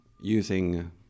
using